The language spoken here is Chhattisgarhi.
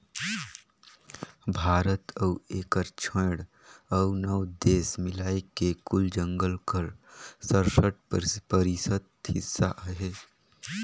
भारत अउ एकर छोंएड़ अउ नव देस मिलाए के कुल जंगल कर सरसठ परतिसत हिस्सा अहे